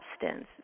substance